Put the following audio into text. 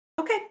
Okay